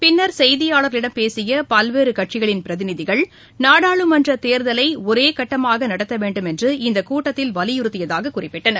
பின்னர் செய்தியாளர்களிடம் பேசிய பல்வேறு கட்சிகளின் பிரதிநிதிகள் நாடாளுமன்றத் தேர்தலை ஒரே கட்டமாக நடத்த வேண்டும் என்று இந்த கூட்டத்தில் வலியுறுத்தியதாகக் குறிப்பிட்டனர்